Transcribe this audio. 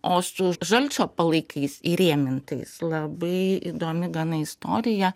o su žalčio palaikais įrėmintais labai įdomi gana istorija